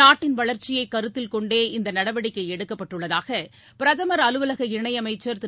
நாட்டின் வளர்ச்சியை கருத்தில் கொண்டே இந்த நடவடிக்கையை எடுக்கப்பட்டுள்ளதாக பிரதமர் அலுவலக இணையமைச்சர் திரு